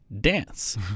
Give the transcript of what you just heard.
dance